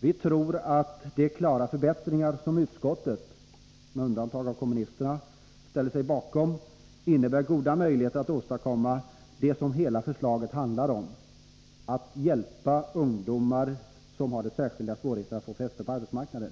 Vi tror att de klara förbättringar som utskottet — med undantag av vpk-representanterna — ställer sig bakom innebär goda möjligheter att åstadkomma det som hela förslaget handlar om, nämligen att hjälpa ungdomar som har särskilda svårigheter att få fäste på arbetsmarknaden.